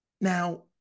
now